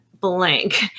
Blank